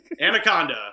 Anaconda